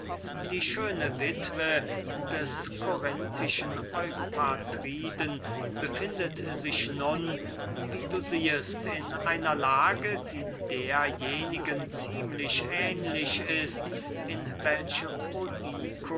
die schöne wittwe des korinthischen eupatriden befindet sich nun wie du siehest in einer lage die derjenigen ziemlich ähnlich ist in welche